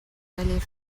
allés